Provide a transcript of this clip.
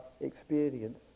experience